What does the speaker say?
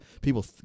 people